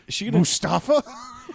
Mustafa